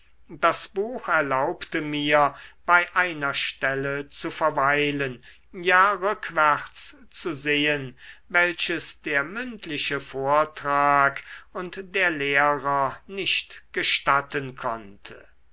das buch erlaubte mir bei einer stelle zu verweilen ja rückwärts zu sehen welches der mündliche vortrag und der lehrer nicht gestatten konnte